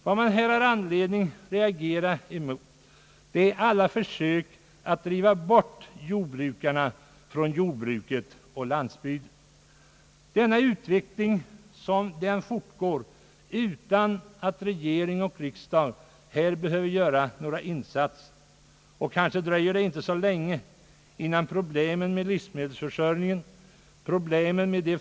Vad man här har anledning reagera emot är alla försök att driva bort jordbrukarna från jordbruket och landsbygden. Denna utveckling fortgår utan att regering och riksdäg behöver göra några insatser. Kanske dröjer det inte så länge innan problemen med livsmedelsförsörjningen, problemen med det.